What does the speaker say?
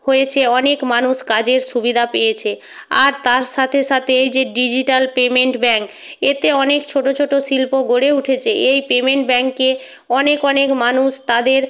হয়েছে অনেক মানুষ কাজের সুবিধা পেয়েছে আর তার সাথে সাথে এই যে ডিজিটাল পেমেন্ট ব্যাঙ্ক এতে অনেক ছোটো ছোটো শিল্প গড়ে উঠেছে এই পেমেন্ট ব্যাঙ্কে অনেক অনেক মানুষ তাদের